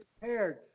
prepared